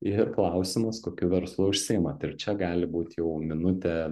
ir klausimas kokiu verslu užsiimat ir čia gali būt jau minutė